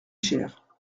cher